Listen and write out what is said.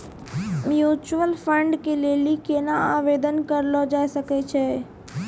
Mutual fund के लेली केना आवेदन करलो जाय सकै छै?